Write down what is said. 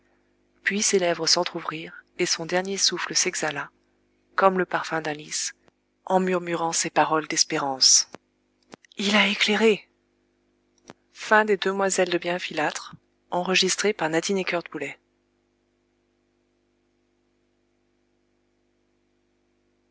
puis ses lèvres s'entr'ouvrirent et son dernier souffle s'exhala comme le parfum d'un lis en murmurant ces paroles d'espérance il a éclairé